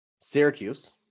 syracuse